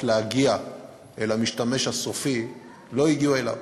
להגיע אל המשתמש הסופי לא הגיעו אליו,